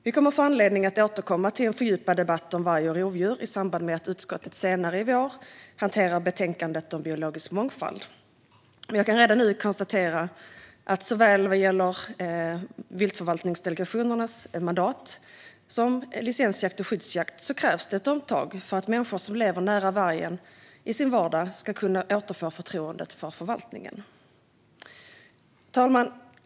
Vi kommer att få anledning att återkomma till en fördjupad debatt om varg och rovdjur i samband med att utskottet senare i vår hanterar betänkandet om biologisk mångfald, men jag kan redan nu konstatera att det krävs ett omtag när det gäller såväl viltförvaltningsdelegationernas mandat som licensjakt och skyddsjakt för att människor som lever nära vargen i sin vardag ska kunna återfå förtroendet för förvaltningen. Fru talman!